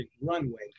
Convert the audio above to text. Runway